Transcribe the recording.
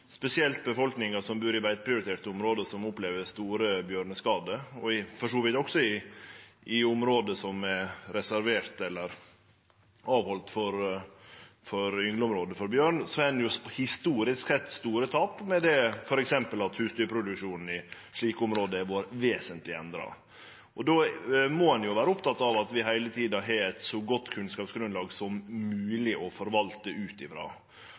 befolkninga som bur i beiteprioriterte område som opplever store bjørneskadar, og for så vidt også i område som er reserverte eller haldne av til yngleområde for bjørn, har ein historisk sett store tap med det, og f.eks. husdyrproduksjonen i slike område har vore vesentleg endra. Då må ein vere oppteken av at vi heile tida har eit så godt kunnskapsgrunnlag som mogleg å forvalte ut